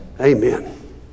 amen